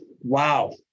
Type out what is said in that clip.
Wow